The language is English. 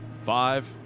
Five